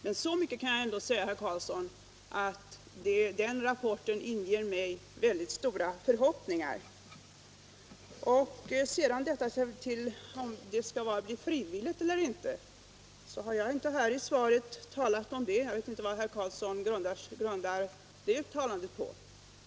Men så mycket kan jag ändå säga, herr Carlsson, att planverkets rapport inger mig mycket stora förhoppningar. Vad sedan gäller frågan om energisparandet skall vara frivilligt eller inte, så har jag i mitt svar inte talat om detta. Jag vet inte vad herr Carlsson grundar sitt uttalande i den delen på.